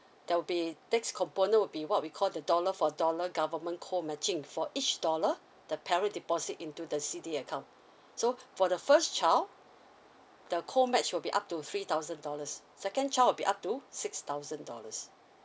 there'll be tax component would be what we call the dollar for dollar government co matching for each dollar the parent deposit into the C_D_A account so for the first child the co match will be up to three thousand dollars second child will be up to six thousand dollars